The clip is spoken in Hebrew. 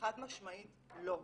חד משמעית, לא.